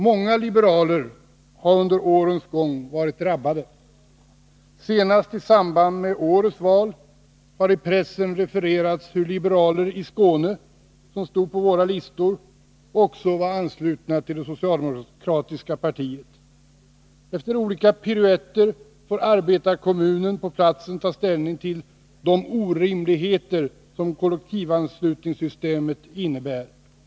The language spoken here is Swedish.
Många liberaler har under årens gång varit drabbade. Senast i samband med årets val har i pressen refererats hur liberaler i Skåne, som stod på våra listor, också var anslutna till det socialdemokratiska partiet. Efter olika piruetter får arbetarkommunen på platsen ta ställning till de orimligheter detta system leder till.